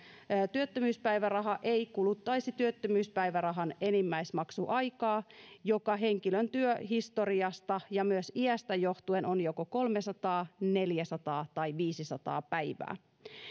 työttömyyspäiväraha ei kuluttaisi työttömyyspäivärahan enimmäismaksuaikaa joka henkilön työhistoriasta ja myös iästä johtuen on joko kolmesataa neljäsataa tai viisisataa päivää